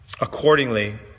accordingly